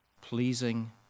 pleasing